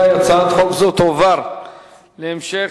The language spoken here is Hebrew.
ההצעה להעביר את הצעת חוק שוויון ההזדמנויות